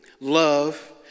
love